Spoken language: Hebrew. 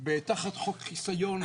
תחת חוק חיסיון,